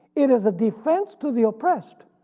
it is a defense to the oppressed,